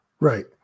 Right